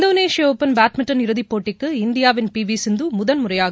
இந்தோனேஷிய open badminton இறுதிப்போட்டிக்கு இந்தியாவின் P V Sindhu முதன்முறையாக